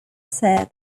said